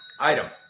Item